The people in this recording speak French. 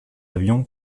avion